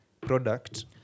product